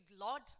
Lord